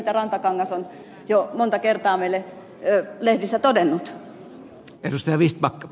rantakangas on jo monta kertaa meille lehdissä todennut